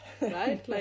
right